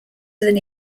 than